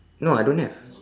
no I don't have